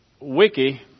Wiki